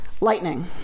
lightning